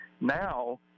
now